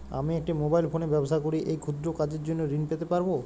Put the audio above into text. আমি একটি মোবাইল ফোনে ব্যবসা করি এই ক্ষুদ্র কাজের জন্য ঋণ পেতে পারব?